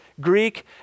Greek